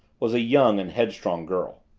was a young and headstrong girl.